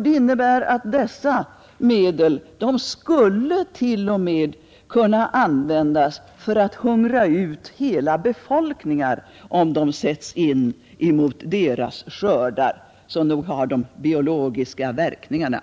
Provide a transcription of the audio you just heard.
Det innebär att dessa medel t.o.m. skulle kunna användas för att hungra ut hela befolkningar, om de sätts in mot deras skördar. Så nog har bäggedera biologiska verkningar;